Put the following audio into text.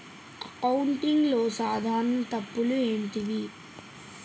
అకౌంటింగ్లో సాధారణ తప్పులు ఏమిటి?